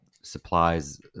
supplies